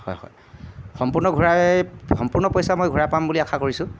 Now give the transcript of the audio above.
হয় হয় সম্পূৰ্ণ ঘূৰাই সম্পূৰ্ণ পইচা মই ঘূৰাই পাম বুলি আশা কৰিছোঁ